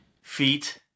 feet